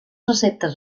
receptes